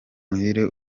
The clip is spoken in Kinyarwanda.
muhire